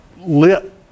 lit